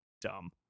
Dumb